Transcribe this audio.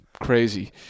crazy